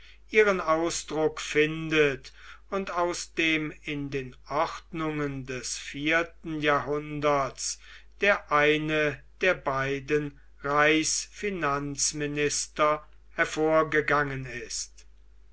ihren ausdruck findet und aus dem in den ordnungen des vierten jahrhunderts der eine der beiden reichsfinanzminister hervorgegangen ist